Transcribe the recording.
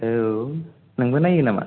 औ नोंबो नायो नामा